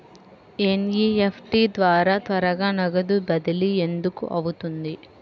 NEFT ద్వారా త్వరగా నగదు బదిలీ ఎందుకు అవుతుంది?